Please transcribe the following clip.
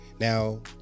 Now